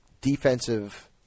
defensive